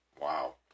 Wow